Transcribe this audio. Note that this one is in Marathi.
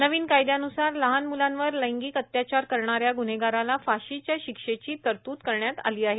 नवीन कायबानुसार लहान मुलांवर लैंगिक अत्याचार करणाऱ्या गुन्हेगाराला फाशीच्या शिवेची तरतूद करण्यात आली आहे